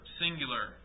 singular